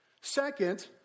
Second